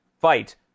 fight